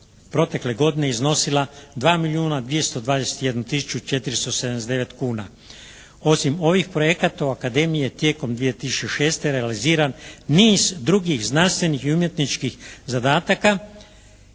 protekle godine iznosila 2 milijuna 221 tisuću 479 kuna. Osim ovih projekata u Akademiji je tijekom 2006. realiziran niz drugih znanstvenih i umjetničkih zadataka